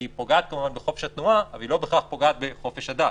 היא פוגעת כמובן בחופש התנועה אבל היא לא בהכרח פוגעת בחופש הדת.